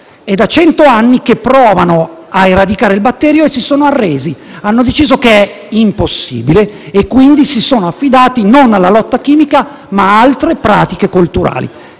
è da cento anni che provano a eradicare il batterio e si sono arresi; hanno deciso che è impossibile, quindi si sono affidati non alla lotta chimica, ma ad altre pratiche colturali.